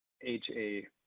HA